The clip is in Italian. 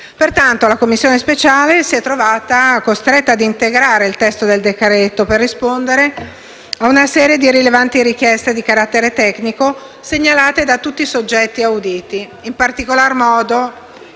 Pertanto, la Commissione speciale si è trovata costretta ad integrare il testo del decreto per rispondere ad una serie di rilevanti richieste di carattere tecnico segnalate dai soggetti auditi, anche se